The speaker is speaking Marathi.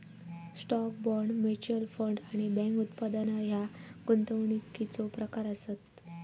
स्टॉक, बाँड, म्युच्युअल फंड आणि बँक उत्पादना ह्या गुंतवणुकीचो प्रकार आसत